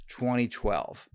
2012